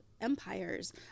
empires